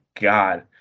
God